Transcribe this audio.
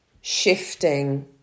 shifting